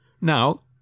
Now